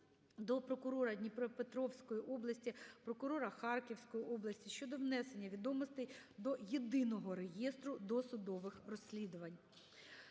до прокурора Дніпропетровської області, прокурора Харківської області щодо внесення відомостей до Єдиного реєстру досудових розслідувань.